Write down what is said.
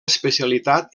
especialitat